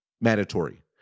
mandatory